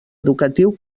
educatiu